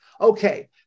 Okay